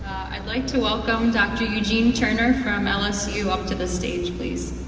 i'd like to welcome dr. eugene turner from lsu up to the stage please.